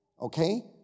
okay